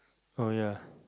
oh ya